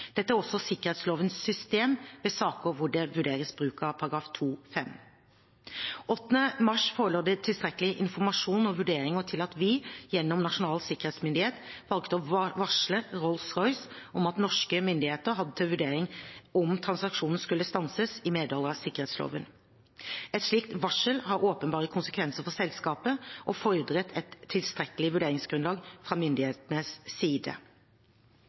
Dette er også sikkerhetslovens system ved saker hvor det vurderes bruk av § 2-5. Den 8. mars forelå det tilstrekkelig informasjon og vurderinger til at vi, gjennom Nasjonal sikkerhetsmyndighet, valgte å varsle Rolls-Royce om at norske myndigheter hadde til vurdering om transaksjonen skulle stanses i medhold av sikkerhetsloven. Et slikt varsel har åpenbare konsekvenser for selskapet og fordret et tilstrekkelig vurderingsgrunnlag fra myndighetenes side.